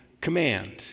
command